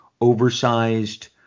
oversized